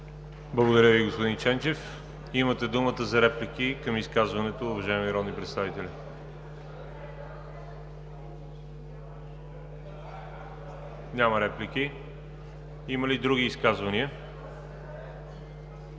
Благодаря Ви, господин Ченчев. Имате думата за реплики към изказването, уважаеми народни представители. Няма реплики. Има ли други изказвания?